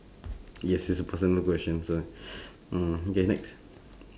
yes it's a personal question so mm okay next